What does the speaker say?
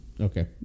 Okay